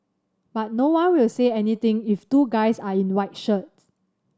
but no one will say anything if two guys are in white shirts